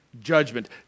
judgment